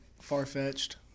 far-fetched